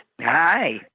Hi